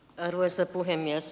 arvoisa puhemies